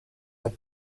the